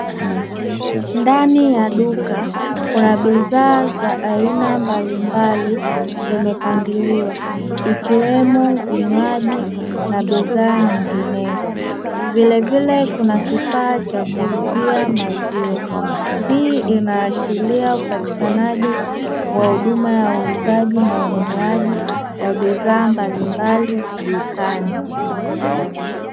Ndani ya duka kuna bidhaa za aina mbalimbali zimepangiliwa ikiwemo vinywaji na bidhaa nyinginezo. Vilevile kuna kifaa cha kuzia maziwa. Hii inaashiria upatikanaji wa huduma ya uuzaji na ununuaaji wa bidhaa mbalimbali dukani.